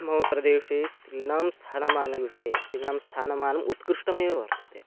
मम प्रदेशे स्त्रीणां स्थानमानविषये स्त्रीणां स्थानमानम् उत्कृष्टमेव वर्तते